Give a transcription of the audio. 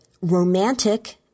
romantic